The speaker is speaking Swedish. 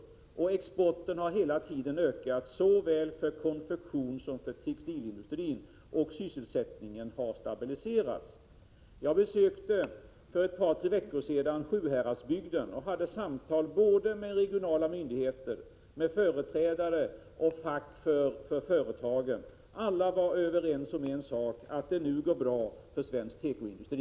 Vidare har exporten hela tiden ökat — såväl inom konfektionsindustrin som inom textilindustrin — och sysselsättningsläget har stabiliserats. För ett par tre veckor sedan besökte jag Sjuhäradsbygden. Jag hade då samtal både med företrädare för regionala myndigheter och med företagens företrädare, liksom med fackliga representanter från företagen. Alla var överens om en sak, nämligen att det nu går bra för svensk tekoindustri.